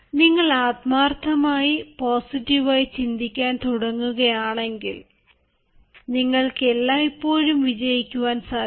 നിങ്ങൾ ആത്മാർത്ഥമായി പോസിറ്റീവ് ആയി ചിന്തിക്കാൻ തുടങ്ങുകയാണെങ്കിൽ നിങ്ങള്ക്ക് എല്ലായ്പ്പോഴും വിജയിക്കുവാൻ കഴിയും